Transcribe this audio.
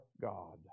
God